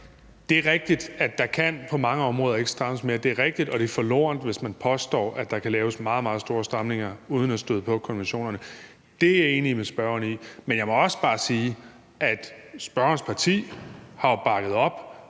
Det er rigtigt, at der på mange områder ikke kan strammes mere. Det er rigtigt, og det er forlorent, hvis man påstår, at der kan laves meget, meget store stramninger uden at støde på konventionerne. Det er jeg enig med spørgeren i, men jeg må også bare sige, at spørgerens parti jo har bakket op